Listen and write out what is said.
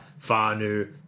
Farnu